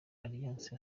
alliance